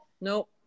nope